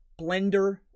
blender